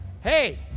Hey